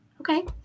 Okay